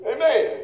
Amen